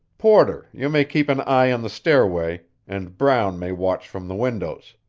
porter, you may keep an eye on the stairway, and brown may watch from the windows.